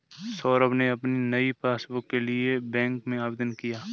सौरभ ने अपनी नई पासबुक के लिए बैंक में आवेदन किया